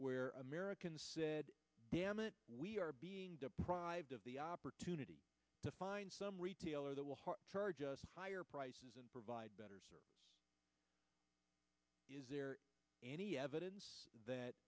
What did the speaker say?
where americans said damn it we are being deprived of the opportunity to find some retailer that will for just higher prices and provide better is there any evidence that